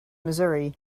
missouri